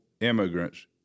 immigrants